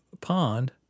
pond